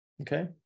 Okay